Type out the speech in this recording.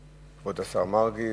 כבוד השר מרגי,